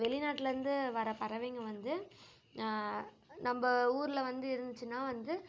வெளிநாட்லேருந்து வர பறவைங்கள் வந்து நம்ம ஊரில் வந்து இருந்துச்சுன்னால் வந்து